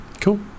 cool